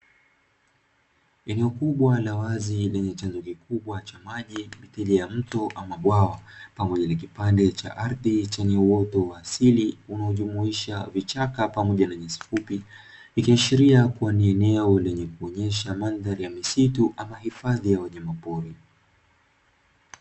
Eneo kubwa la wazi lenye chanzo kikubwa cha maji mithili ya mto ama bwawa Pamoja na kipande cha ardhi chenye uoto wa asili unaojumuisha vichaka pamoja na nyasi fupi ikishiria kuwa ni eneo lenye kuonyesha mandhari ya misitu ama hifadhi ya wanyamapori.